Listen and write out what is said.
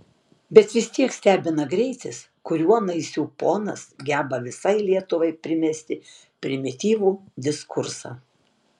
bet vis tiek stebina greitis kuriuo naisių ponas geba visai lietuvai primesti primityvų diskursą